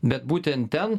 bet būtent ten